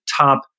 top